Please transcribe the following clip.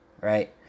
right